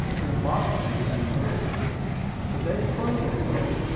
dem moccasins do but dey spring at folks,